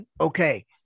Okay